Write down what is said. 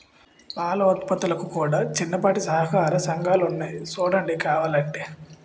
పాల ఉత్పత్తులకు కూడా చిన్నపాటి సహకార సంఘాలున్నాయి సూడండి కావలంటే